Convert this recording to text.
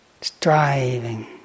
striving